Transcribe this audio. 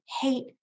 hate